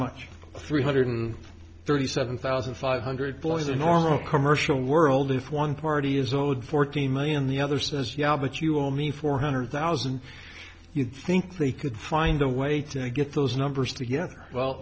much three hundred thirty seven thousand five hundred blows the normal commercial world if one party is owed fourteen million the other says yeah but you owe me four hundred thousand you'd think they could find a way to get those numbers together well